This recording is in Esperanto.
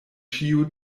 ĉiuj